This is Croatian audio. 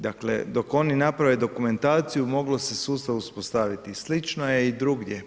Dakle, dok oni na prave dokumentaciju, mogao se sustav uspostaviti, slično je i drugdje.